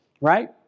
right